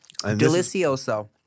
Delicioso